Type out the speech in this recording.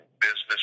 Business